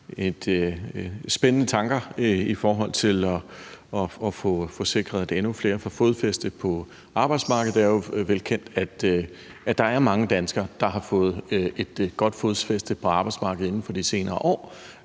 spændende tanker i forhold til at få sikret, at endnu flere får fodfæste på arbejdsmarkedet. Det er jo velkendt, at der er mange danskere, der har fået et godt fodfæste på arbejdsmarkedet inden for de senere år,